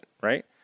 right